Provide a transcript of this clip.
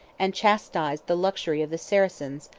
and chastised the luxury of the saracens,